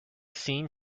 seen